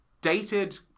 dated